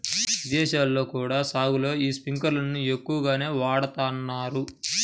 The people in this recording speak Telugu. ఇదేశాల్లో కూడా సాగులో యీ స్పింకర్లను ఎక్కువగానే వాడతన్నారు